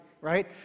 right